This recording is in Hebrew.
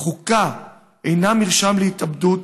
"חוקה אינה מרשם להתאבדות,